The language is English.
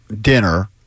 dinner